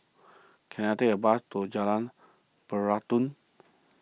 can I take a bus to Jalan Peradun